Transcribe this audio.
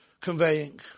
conveying